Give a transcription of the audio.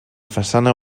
façana